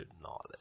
knowledge